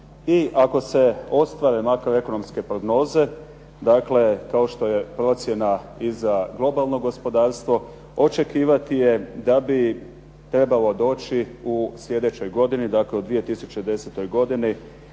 I ako se ostvare makroekonomske prognoze, dakle kao što je procjena i za globalno gospodarstvo, očekivati je da bi trebalo doći u sljedećoj godini, dakle u 2010. godini,